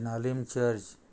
नालीम church